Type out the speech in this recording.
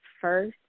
first